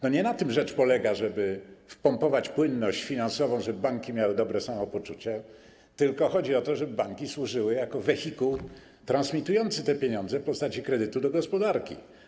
To nie na tym rzecz polega, żeby wpompować płynność finansową, żeby banki miały dobre samopoczucie, tylko chodzi o to, żeby banki służyły jako wehikuł transmitujący te pieniądze w postaci kredytu do gospodarki.